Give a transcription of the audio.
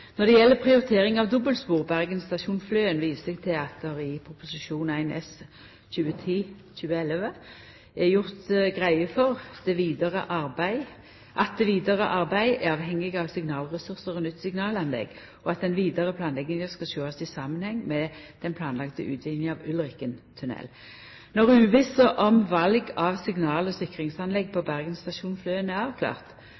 Når det gjeld prioriteringa av dobbeltspor Bergen stasjon–Fløen, viser eg til at det i Prop. 1 S for 2010–2011 er gjort greie for at det vidare arbeidet er avhengig av signalressursar og nytt signalanlegg, og at den vidare planlegginga skal sjåast i samanheng med den planlagde utvidinga av Ulriken tunnel. Når uvissa om val av signal- og sikringsanlegg